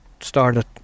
started